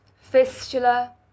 fistula